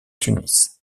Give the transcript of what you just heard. tunis